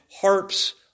harps